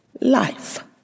Life